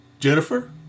Jennifer